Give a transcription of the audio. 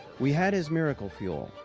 we had his miracle fuel.